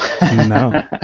No